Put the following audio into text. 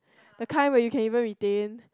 the kind where you can even retain